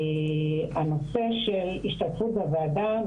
הנושא של השתתפות בוועדה,